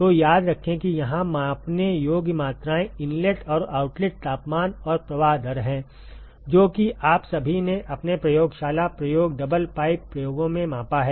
तो याद रखें कि यहां मापने योग्य मात्राएं इनलेट और आउटलेट तापमान और प्रवाह दर हैं जो कि आप सभी ने अपने प्रयोगशाला प्रयोग डबल पाइप प्रयोगों में मापा है